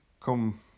Come